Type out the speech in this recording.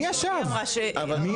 מי ישב בחדר?